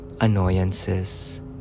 annoyances